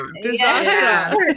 disaster